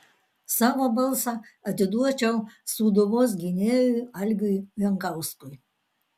savo balsą atiduočiau sūduvos gynėjui algiui jankauskui